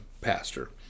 Pastor